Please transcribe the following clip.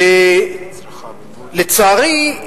לצערי,